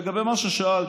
לגבי מה ששאלת,